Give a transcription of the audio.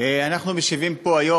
אנחנו משיבים פה היום,